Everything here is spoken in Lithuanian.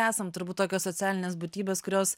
esam turbūt tokios socialinės būtybės kurios